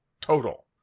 total